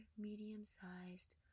medium-sized